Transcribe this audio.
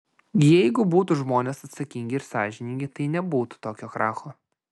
jeigu būtų žmonės atsakingi ir sąžiningi tai nebūtų tokio kracho